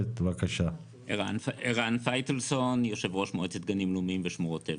אני יושב-ראש מועצת גנים לאומים ושמורות טבע.